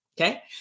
Okay